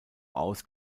aus